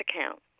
account